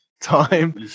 time